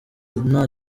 nta